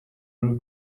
rumwe